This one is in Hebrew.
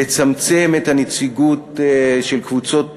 לצמצם את הנציגות של קבוצות